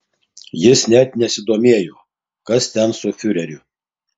jis net nesidomėjo kas ten su fiureriu